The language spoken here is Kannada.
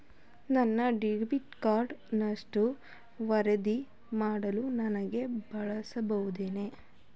ನನ್ನ ಡೆಬಿಟ್ ಕಾರ್ಡ್ ನಷ್ಟವನ್ನು ವರದಿ ಮಾಡಲು ನಾನು ಬಯಸುತ್ತೇನೆ